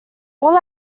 all